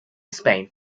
spain